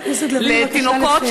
חברת הכנסת לביא, בבקשה לסיים.